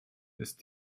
ist